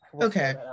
Okay